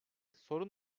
sorun